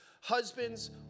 husbands